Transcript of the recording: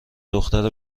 دختر